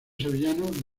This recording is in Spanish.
sevillano